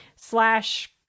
slash